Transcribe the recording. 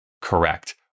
correct